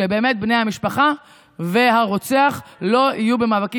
שבני המשפחה והרוצח לא יהיו במאבקים